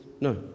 No